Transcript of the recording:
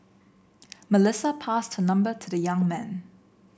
Melissa passed her number to the young man